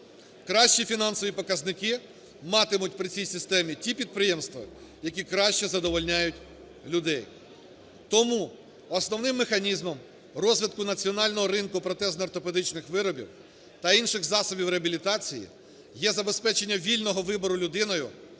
Кращі фінансові показники матимуть при цій системі ті підприємства, які краще задовольняють людей. Тому основним механізмом розвитку національного ринку протезно-ортопедичних виробів та інших засобів реабілітації є забезпечення вільного вибору людиною